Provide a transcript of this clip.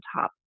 top